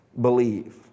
believe